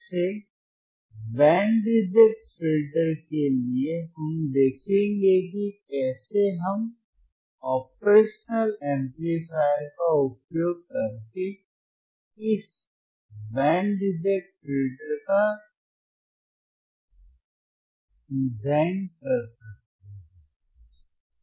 फिर से band reject filter के लिए हम देखेंगे कि कैसे हम ऑपरेशनल एम्पलीफायर का उपयोग करके इस बैंड रिजेक्ट फिल्टर को डिजाइन कर सकते हैं